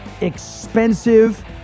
expensive